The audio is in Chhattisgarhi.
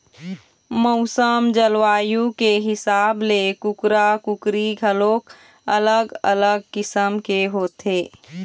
मउसम, जलवायु के हिसाब ले कुकरा, कुकरी घलोक अलग अलग किसम के होथे